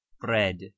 Bread